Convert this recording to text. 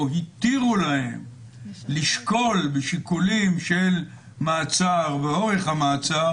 התירו להם לשקול בשיקולים של מעצר ובאורך המעצר